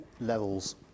levels